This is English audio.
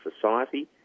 society